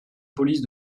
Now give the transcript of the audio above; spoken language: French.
police